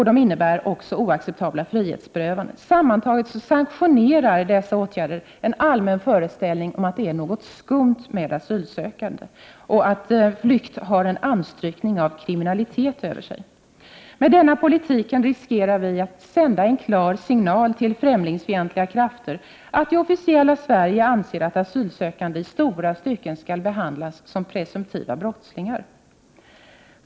De innebär också oacceptabla frihetsberövanden. Sammantaget sanktionerar dessa åtgärder en allmän föreställning om att det är något skumt med asylsökande och att flykt har en anstrykning av kriminalitet över sig. Med denna politik riskerar vi att sända en klar signal till främlingsfientliga krafter, att det officiella Sverige anser att asylsökande i stora stycken skall behandlas som presumtiva brottslingar.